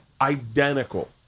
identical